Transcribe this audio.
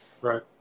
Right